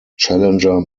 challenger